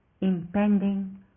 impending